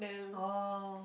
oh